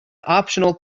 optional